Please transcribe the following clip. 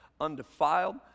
undefiled